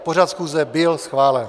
Pořad schůze byl schválen.